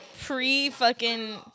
Pre-fucking